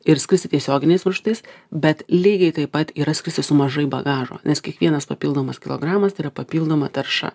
ir skristi tiesioginiais maršrutais bet lygiai taip pat yra skristi su mažai bagažo nes kiekvienas papildomas kilogramas yra papildoma tarša